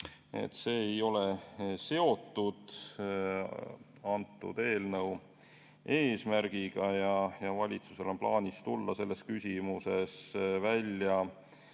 see ei ole seotud eelnõu eesmärgiga. Ja valitsusel on plaanis tulla selles küsimuses välja